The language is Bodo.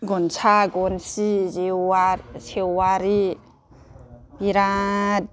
गनसा गनसि जेवाद सेवारि बिराद